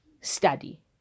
study